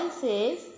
says